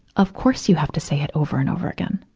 of course you have to say it over and over again,